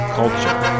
culture